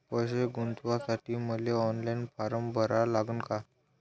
पैसे गुंतवासाठी मले ऑनलाईन फारम भरा लागन का?